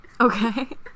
Okay